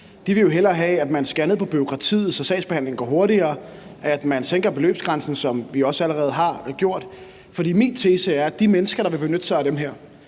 De vil jo hellere have, at man skærer ned på bureaukratiet, så sagsbehandlingen går hurtigere, og at man sænker beløbsgrænsen, som vi også allerede har gjort. Min tese er, at de mennesker, der vil benytte sig af det her,